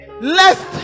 lest